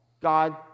God